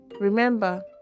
Remember